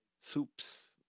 soups